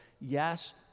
Yes